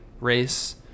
race